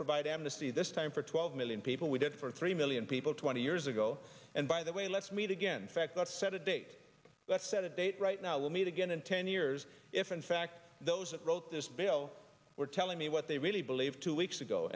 amnesty this time for twelve million people we did for three million people twenty years ago and by the way let's meet again fact not set a date let's set a date right now we'll meet again in ten years if in fact those that wrote this bill were telling me what they really believe two weeks ago